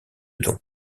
dons